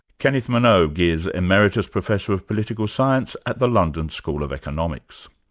kenneth minogue is emeritus professor of political science at the london school of economics.